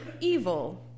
evil